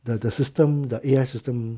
the the system the A_I system